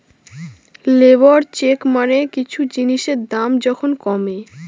labour check মানে কিছু জিনিসের দাম যখন কমে